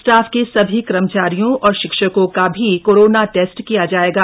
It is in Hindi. स्टाफ के सभी कर्मचारियों और शिक्षकों का भी कोरोना टेस्ट किया जाएगा